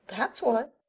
that's what.